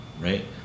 right